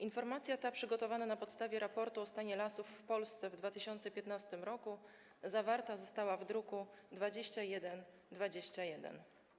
Informacja ta, przygotowana na podstawie „Raportu o stanie lasów w Polsce w 2015 r.”, zawarta została w druku nr 2121.